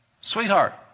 Sweetheart